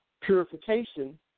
purification